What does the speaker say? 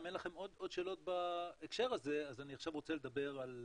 אם אין לכם עוד שאלות בהקשר הזה אז אני עכשיו רוצה לדבר על